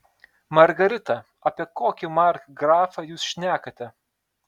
margarita apie kokį markgrafą jūs šnekate